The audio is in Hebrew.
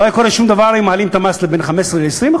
לא היה קורה שום דבר אם היו מעלים את המס לבין 15% ל-20%.